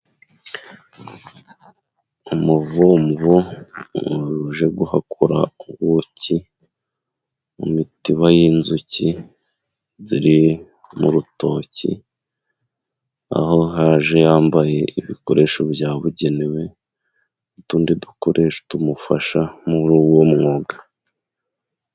Umuvumvu uje guhakura ubuki mu mitiba y'inzuki ziri mu rutoki， aho aje yambaye ibikoresho byabugenewe， n'utundi dukoresho tumufasha muri uwo mwuga.